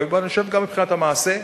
ואני חושב שגם מבחינת המעשה,